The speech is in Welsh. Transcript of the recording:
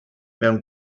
mewn